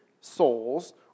souls